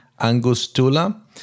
angustula